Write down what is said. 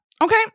Okay